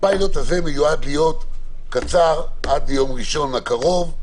הפיילוט הזה מיועד להיות עד יום ראשון הקרוב.